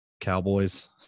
cowboys